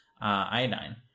iodine